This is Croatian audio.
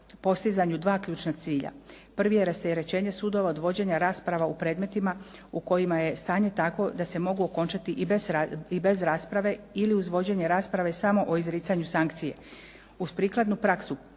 postizanju dva ključna cilja. Prvi je rasterećenje sudova od vođenja rasprava u predmetima u kojima je stanje takvo da se mogu okončati i bez rasprave ili uz vođenje rasprave samo o izricanju sankcije. Uz prikladnu praksu